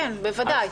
בוודאי.